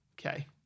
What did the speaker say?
okay